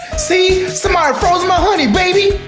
see, somebody froze my honey baby!